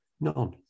None